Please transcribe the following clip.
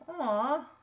Aww